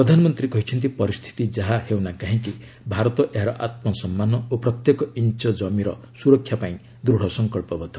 ପ୍ରଧାନମନ୍ତ୍ରୀ କହିଛନ୍ତି ପରିସ୍ଥିତି ଯାହା ହେଉନା କାହିଁକି ଭାରତ ଏହାର ଆତ୍ମସମ୍ମାନ ଓ ପ୍ରତ୍ୟେକ ଇଞ୍ଚ୍ କମିର ସୁରକ୍ଷା ପାଇଁ ଦୃଢ଼ ସଂକଳ୍ପବଦ୍ଧ